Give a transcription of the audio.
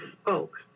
spoke